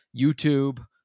youtube